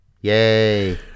Yay